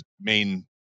main